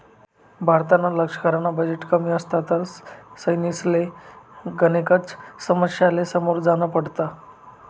भारतना लशकरना बजेट कमी असता तर सैनिकसले गनेकच समस्यासले समोर जान पडत